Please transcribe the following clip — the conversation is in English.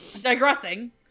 Digressing